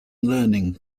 learning